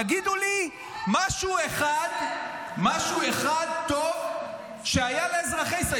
תגידו לי משהו אחד טוב שהיה לאזרחי ישראל,